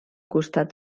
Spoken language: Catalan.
costat